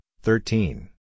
thirteen